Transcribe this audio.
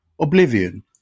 Oblivion